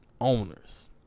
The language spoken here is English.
owners